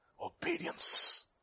Obedience